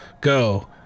go